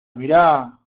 mira